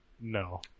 no